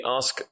ask